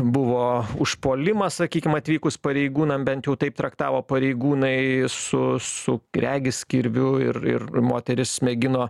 buvo užpuolimas sakykim atvykus pareigūnam bent jau taip traktavo pareigūnai su su regis kirviu ir ir moteris mėgino